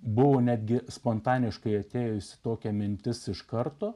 buvo netgi spontaniškai atėjusi tokia mintis iš karto